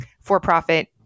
for-profit